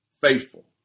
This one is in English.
faithful